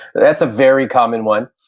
that's a very common one.